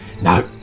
No